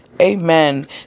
Amen